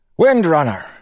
Windrunner